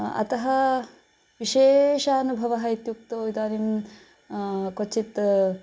अतः विशेष अनुभवः इत्युक्तौ इदानीं क्वचित्